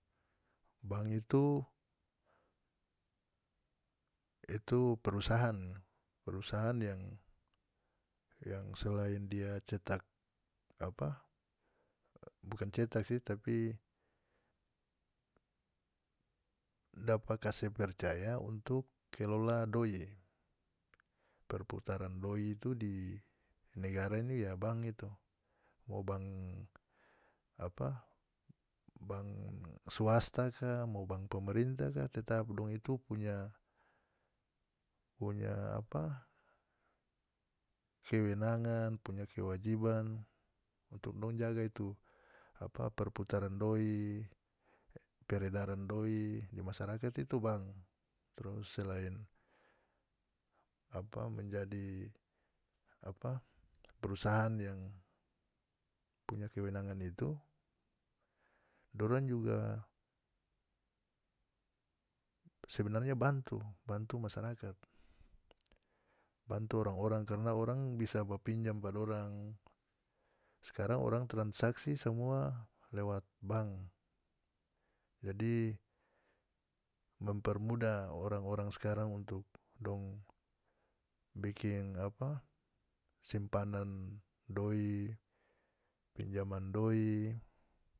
Bank itu itu perusahan perusahan yang yang selain dia cetak apa bukan cetak si tapi dapa kase percaya untuk kelola doi perputaran doi itu di negara ini ya bank itu mo bank apa bank swasta ka mo bank pemerintah ka tetap dong itu punya punya apa kewenangan punya kewajiban untuk dong jaga itu perputaran doi peredaran doi di masyarakat itu bank trus selain apa menjadi apa perusahan yang punya kewenangan itu dorang juga sebenarnya bantu bantu masyarakat bantu orang-orang karna orang bisa ba pinjam pa dorang skarang orang transaksi samua lewat bank jadi mempermudah orang-orang skarang untuk dong bikin apa simpanan doi pinjaman doi.